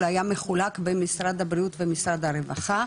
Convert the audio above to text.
היה מחולק בין משרד הבריאות ומשרד הרווחה,